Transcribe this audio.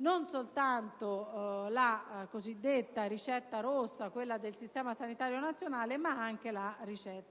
non soltanto la cosiddetta ricetta rossa del Servizio sanitario nazionale, ma anche la ricetta